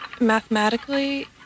mathematically